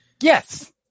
Yes